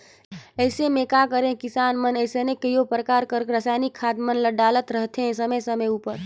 अइसे में का करें किसान मन अइसने कइयो परकार कर रसइनिक खाद मन ल डालत रहथें समे समे उपर